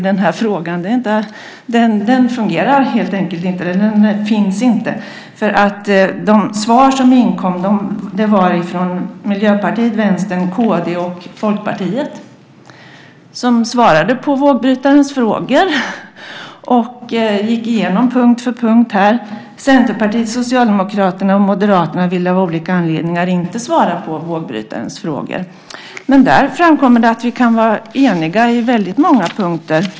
Blockpolitiken fungerar helt enkelt inte i den här frågan, den finns inte. Det var Miljöpartiet, Vänstern, Kristdemokraterna och Folkpartiet som svarade på Vågbrytarens frågor och gick igenom punkt för punkt. Centerpartiet, Socialdemokraterna och Moderaterna ville av olika anledningar inte svara på Vågbrytarens frågor. Av enkäten framgår det att vi partier som svarade var eniga på väldigt många punkter.